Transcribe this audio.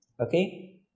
okay